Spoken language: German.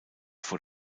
vor